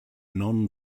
non